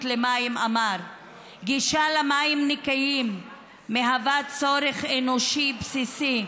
למים: גישה למים נקיים מהווה צורך אנושי בסיסי.